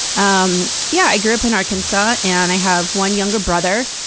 um yeah, i grew up in arkansas and i have one younger brother.